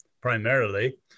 primarily